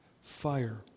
fire